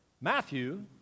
Matthew